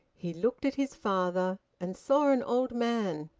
he looked at his father and saw an old man,